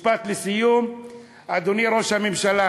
משפט לסיום, אדוני ראש הממשלה,